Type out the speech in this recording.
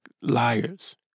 Liars